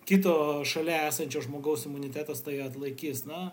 kito šalia esančio žmogaus imunitetas tai atlaikys na